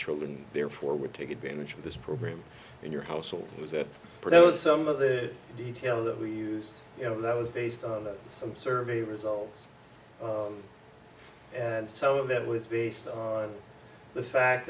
children therefore would take advantage of this program in your house or was it proposed some of the detail that we used you know that was based on some survey results and some of that was based on the fact